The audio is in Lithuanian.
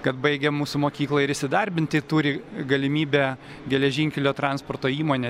kad baigę mūsų mokyklą ir įsidarbinti turi galimybę geležinkelio transporto įmonė